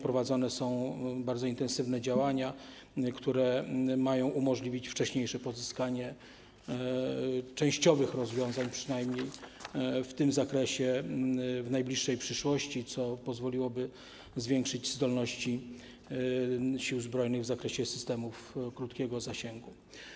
Prowadzone są bardzo intensywne działania, które mają umożliwić wcześniejsze pozyskanie częściowych rozwiązań przynajmniej w tym zakresie w najbliższej przyszłości, co pozwoliłoby zwiększyć zdolności Sił Zbrojnych w zakresie systemów krótkiego zasięgu.